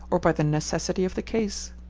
or by the necessity of the case.